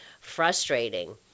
frustrating